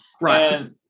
right